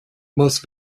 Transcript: most